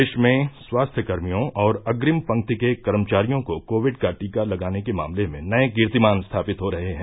देश में स्वास्थ्य कर्मियों और अग्रिम पंक्ति के कर्मचारियों को कोविड का टीका लगाने के मामले में नये कीर्तिमान स्थापित हो रहे हैं